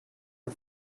are